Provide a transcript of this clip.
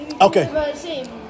Okay